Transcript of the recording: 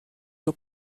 dos